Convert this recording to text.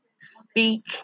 speak